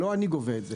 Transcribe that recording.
לא אני גובה את זה.